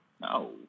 no